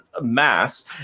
mass